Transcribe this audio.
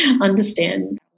understand